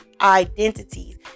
identities